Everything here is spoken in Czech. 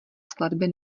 skladby